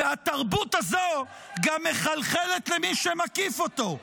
והתרבות הזאת מחלחלת גם למי שמקיף אותו.